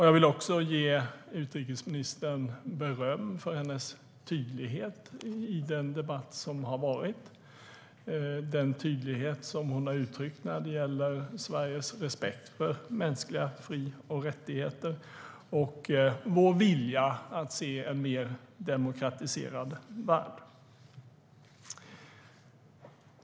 Jag vill också ge utrikesministern beröm för hennes tydlighet i den debatt som förts och den tydlighet hon uttryckt när det gäller Sveriges respekt för mänskliga fri och rättigheter och vår vilja att se en mer demokratiserad värld.